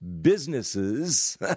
businesses